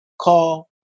call